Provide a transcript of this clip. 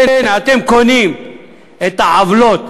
כן, אתם קונים את העוולות